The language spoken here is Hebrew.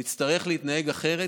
נצטרך להתנהג אחרת,